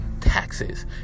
taxes